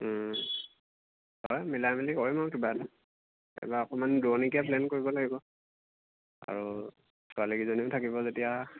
হয় মিলাই মেলি কৰিম আৰু আৰু কিবা এটা এইবাৰ অকণমান দূৰণিকৈ প্লেন কৰিব লাগিব আৰু ছোৱালীকেইজনীও থাকিব যেতিয়া